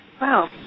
Wow